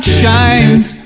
shines